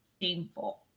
shameful